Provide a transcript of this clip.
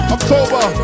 October